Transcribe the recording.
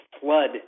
flood